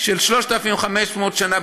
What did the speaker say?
של 3,500 שנה.